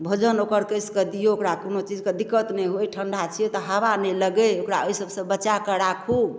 भोजन ओकरा कसिकऽ दियौ ओकरा कोनो चीजके दिक्कत नहि होइ ठण्डा छियै तऽ हवा नहि लगै ओकरा ओइ सबसँ बचाकऽ राखू